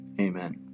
Amen